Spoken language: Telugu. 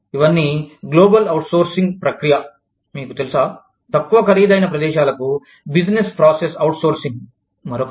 ఇవన్నీ గ్లోబల్ అవుట్సోర్సింగ్ ప్రక్రియ మీకు తెలుసా తక్కువ ఖరీదైన ప్రదేశాలకు బిజినెస్ ప్రాసెస్ అవుట్సోర్సింగ్ మరొకటి